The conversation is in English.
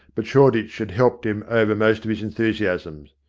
but shoreditch had helped him over most of his enthusiasms.